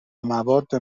مواد